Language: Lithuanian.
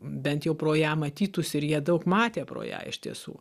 bent jau pro ją matytųsi ir jie daug matė pro ją iš tiesų